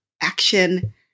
action